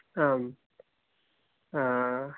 आम्